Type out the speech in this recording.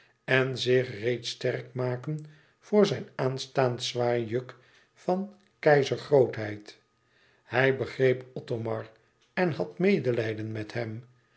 en zich reeds sterk maken voor zijn aanstaand zwaar juk van keizergrootheid hij begreep othomar en had medelijden met hem